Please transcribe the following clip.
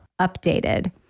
updated